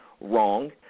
wrong